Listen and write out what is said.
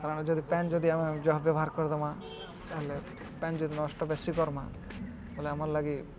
କାରଣ ଯଦି ପେନ୍ ଯଦି ଆମେ ଜହା ବ୍ୟବହାର କରିଦମା ତାହେଲେ ପାନ୍ ଯଦି ନଷ୍ଟ ବେଶୀ କର୍ମା ହେଲେ ଆମର୍ ଲାଗି